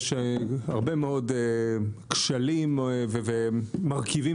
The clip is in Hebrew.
יש הרבה מאוד כשלים ומרכיבים,